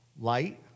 Light